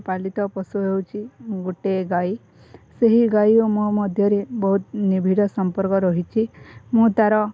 ପାଳିତ ପଶୁ ହେଉଛି ଗୋଟେ ଗାଈ ସେହି ଗାଈ ଓ ମୋ ମଧ୍ୟରେ ବହୁତ ନିବିଡ଼ ସମ୍ପର୍କ ରହିଛି ମୁଁ ତାର